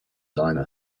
diner